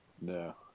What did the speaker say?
No